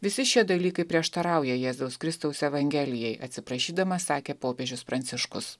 visi šie dalykai prieštarauja jėzaus kristaus evangelijai atsiprašydamas sakė popiežius pranciškus